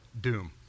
doom